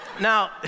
Now